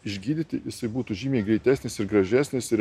išgydyti jisai būtų žymiai greitesnis ir gražesnis ir